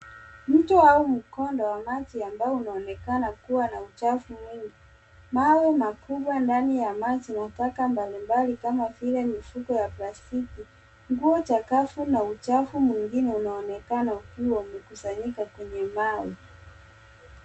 Mto au mkondo wa maji ambao unaonekana kuwa na uchafu mwingi, mawe makubwa ndani ya maji na taka mbalimbali kama vile mifuko ya plastiki, nguo za kazi na uchafu mwingine unaonekana ukiwa umekusanyika kwenye mawe.